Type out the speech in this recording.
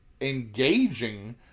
engaging